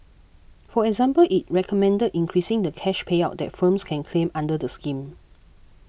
for example it recommended increasing the cash payout that firms can claim under the scheme